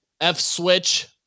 F-Switch